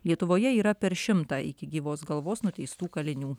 lietuvoje yra per šimtą iki gyvos galvos nuteistų kalinių